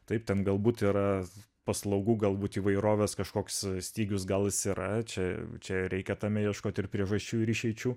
taip ten galbūt yra paslaugų galbūt įvairovės kažkoks stygius gal jis yra čia čia reikia tame ieškoti ir priežasčių ir išeičių